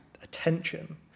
attention